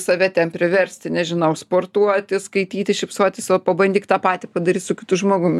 save ten priversti nežinau sportuoti skaityti šypsotis o pabandyk tą patį padaryt su kitu žmogum